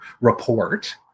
report